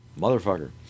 Motherfucker